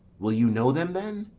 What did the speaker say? will you know them then?